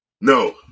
No